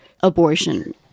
abortion